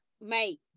mate